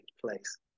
place